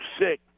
sick